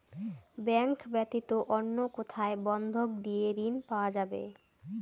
Bank ব্যাতীত অন্য কোথায় বন্ধক দিয়ে ঋন পাওয়া যাবে?